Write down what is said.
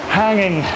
hanging